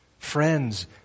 Friends